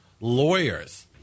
lawyers